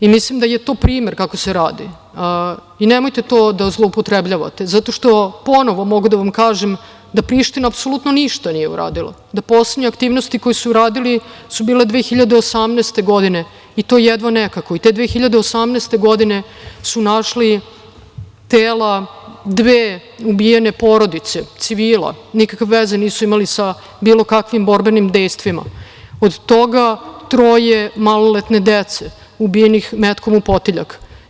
Mislim da je to primer kako se radi i nemojte to da zloupotrebljavate, zato što ponovo mogu da vam kažem da Priština apsolutno ništa nije uradila, da poslednje aktivnosti koje su uradili su bile 2018. godine i to jedva nekako i te 2018. godine su našli tela dve ubijene porodice civila, nikakve veze nisu imali sa bilo kakvim borbenim dejstvima, od toga troje maloletne dece ubijenih metkom u potiljak.